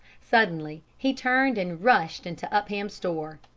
suddenly he turned and rushed into upham's store.